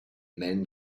men